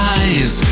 eyes